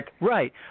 Right